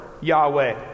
Yahweh